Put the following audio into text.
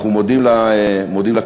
אנחנו מודים לה כולנו.